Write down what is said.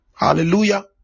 hallelujah